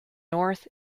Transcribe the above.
north